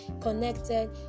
connected